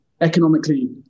economically